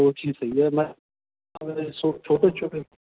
ਇਹ ਚੀਜ਼ ਸਹੀ ਹੈ ਮੈਂ ਛੋਟੇ ਛੋਟੇ